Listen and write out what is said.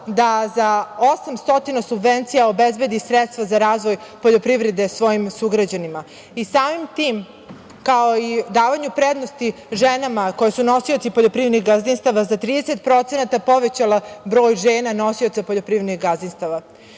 da za 800 subvencija obezbedi sredstva za razvoj poljoprivrede svojim sugrađanima. Samim tim, kao i davanju prednosti ženama koje su nosioci poljoprivrednih gazdinstava za 30% povećala broj žena nosilaca poljoprivrednih gazdinstava. Kao